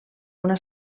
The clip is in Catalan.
una